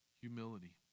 Humility